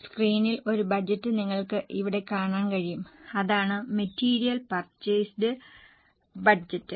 സ്ക്രീനിൽ ഒരു ബജറ്റ് നിങ്ങൾക്ക് ഇവിടെ കാണാൻ കഴിയും അതാണ് മെറ്റീരിയൽ പർച്ചെയ്സ് ബജറ്റ്